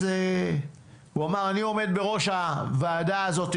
אז הוא אמר: אני עומד בראש הוועדה הזאת,